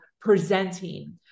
presenting